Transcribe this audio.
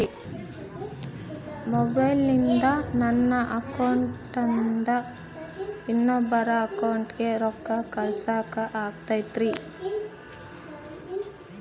ಮೊಬೈಲಿಂದ ನನ್ನ ಅಕೌಂಟಿಂದ ಇನ್ನೊಬ್ಬರ ಅಕೌಂಟಿಗೆ ರೊಕ್ಕ ಕಳಸಾಕ ಆಗ್ತೈತ್ರಿ?